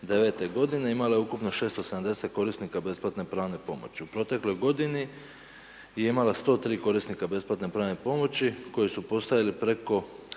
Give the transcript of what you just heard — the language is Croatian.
.g imala je ukupno 670 korisnika besplatne pravne pomoći. U protekloj godini je imala 103 korisnika besplatne pravne pomoći, koji su postavili preko